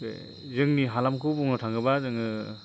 बे जोंनि हालामखौ बुंनो थाङोबा जोङो